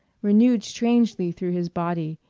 renewed strangely through his body,